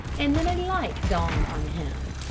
and then a light dawned on him.